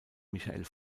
michael